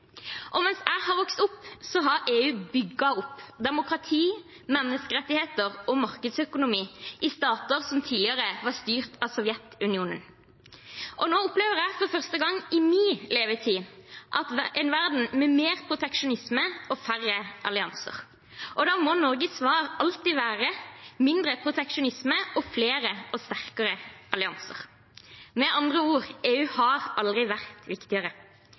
og mens jeg har vokst opp, har EU bygd opp demokrati, menneskerettigheter og markedsøkonomi i stater som tidligere var styrt av Sovjetunionen. Nå opplever jeg for første gang i min levetid en verden med mer proteksjonisme og færre allianser. Da må Norges svar alltid være mindre proteksjonisme og flere og sterkere allianser. Med andre ord: EU har aldri vært viktigere.